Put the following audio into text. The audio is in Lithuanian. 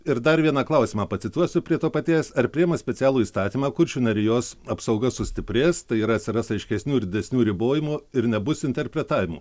ir dar vieną klausimą pacituosiu prie to paties ar priima specialų įstatymą kuršių nerijos apsauga sustiprės tai yra atsiras aiškesnių didesnių ribojimų ir nebus interpretavimų